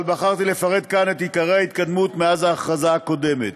אבל בחרתי לפרט את עיקר ההתקדמות מאז ההכרזה הקודמת.